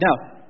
Now